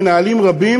מנהלים רבים